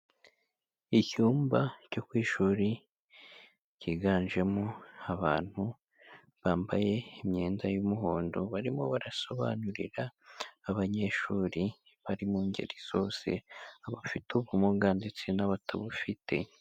Icyumba cyo ku ishuri, cyiganjemo abantu bambaye imyenda y'umuhondo, barimo barasobanurira abanyeshuri bari mu ngeri zose, abafite ubumuga ndetse n'abatabufite.